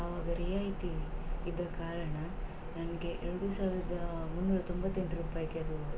ಅವಾಗ ರಿಯಾಯಿತಿ ಇದ್ದ ಕಾರಣ ನನಗೆ ಎರಡು ಸಾವಿರದ ಮುನ್ನೂರ ತೊಂಬತ್ತೆಂಟು ರೂಪಾಯಿಗೆ ಅದು